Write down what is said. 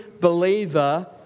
believer